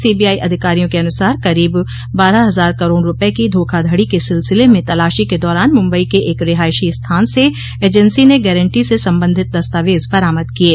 CBI अधिकारियों के अनुसार करीब बारह हजार करोड़ रूपये के धोखाधड़ी के सिलसिले में तलाशी के दौरान मुंबई की एक रिहायशी स्थान से एजेंसी ने गारंटी से संबंधित दस्तावेज बरामद किये